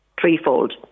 threefold